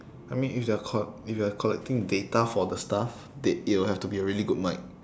I mean if they're co~ if they're collecting data for the stuff they it would have to be a really good mic